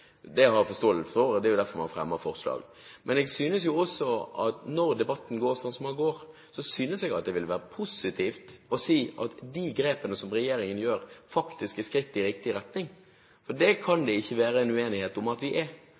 har jeg forståelse for; det er jo derfor man fremmer forslag. Men jeg synes jo også, når debatten går som den går, at det ville være positivt om man sa at de grepene som regjeringen gjør, faktisk er skritt i riktig retning. For det kan det ikke være uenighet om at de er. Og når vi da i merknader i hele denne innstillingen er